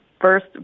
first